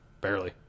Barely